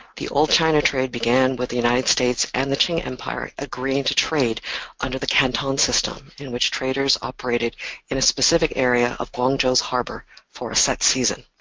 the old china trade began with the united states and the qing empire agreeing to trade under the canton system in which traders operated in a specific area of guangzhou's harbor for a set season.